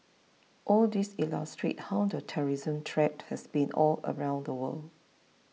all these illustrate how the terrorism threat has been all around the world